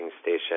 station